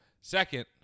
Second